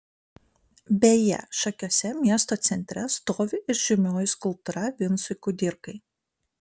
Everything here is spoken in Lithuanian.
beje šakiuose miesto centre stovi ir žymioji skulptūra vincui kudirkai